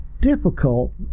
difficult